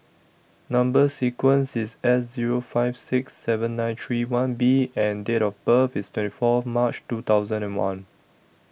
Number sequence IS S Zero five six seven nine three one B and Date of birth IS twenty Fourth March two thousand and one